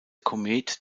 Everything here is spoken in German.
komet